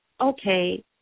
okay